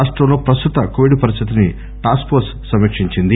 రాష్టంలో ప్రస్తుత కోవిడ్ పరిస్థితిని టాస్క్ ఫోర్స్ సమీక్షించింది